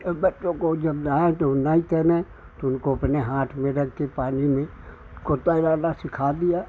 और बच्चों को जब नहीं तैरना कि उनको अपने हाथ पकड़ के तैरने में इतना ज़्यादा सिखा दिया